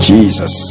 Jesus